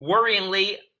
worryingly